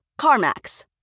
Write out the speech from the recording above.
CarMax